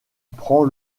prend